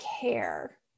care